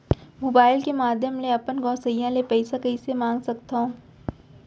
Mobile के माधयम ले अपन गोसैय्या ले पइसा कइसे मंगा सकथव?